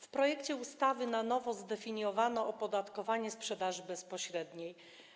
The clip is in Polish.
W projekcie ustawy na nowo zdefiniowano opodatkowanie sprzedaży bezpośredniej.